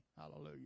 Hallelujah